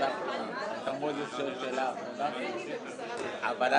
בשעה 13:13.